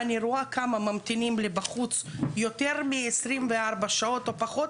אני רואה כמה ממתינים לי בחוץ יותר מ-24 שעות או פחות,